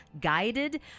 guided